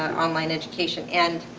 online education, and